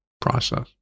process